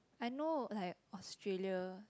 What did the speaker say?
I know like Australia